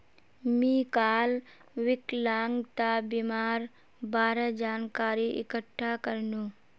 मी काल विकलांगता बीमार बारे जानकारी इकठ्ठा करनु